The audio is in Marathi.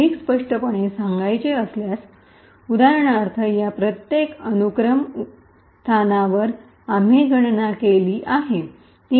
अधिक स्पष्टपणे सांगायचे असल्यास उदाहरणार्थ या प्रत्येक अनुक्रम उदाहरणार्थ या स्थानावर आम्ही गणना केली आहे 3